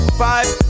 five